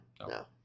No